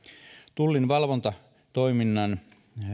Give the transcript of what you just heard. tullin valvontatoiminnan